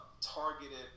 targeted